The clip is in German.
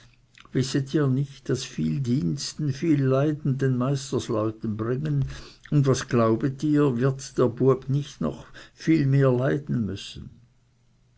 wisset ihr nicht daß viel diensten viel leiden den meisterleuten bringen und was glaubet ihr wird der bueb nicht noch viel mehr leiden müssen